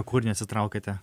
kur neatsitraukėte